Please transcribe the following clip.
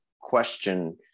question